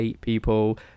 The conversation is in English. people